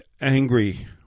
angry